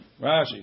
Rashi